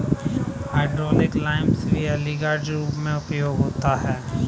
hydrated lime का भी algicide के रूप में उपयोग होता है